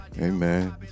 Amen